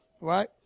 right